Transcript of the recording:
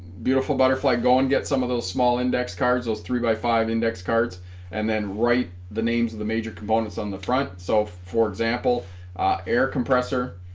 beautiful butterfly go and get some of those small index cards those three x five index cards and then write the names of the major components on the front so for example air compressor